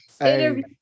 interview